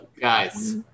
guys